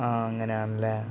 ആ അങ്ങനെയാണല്ലേ